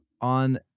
on